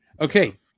Okay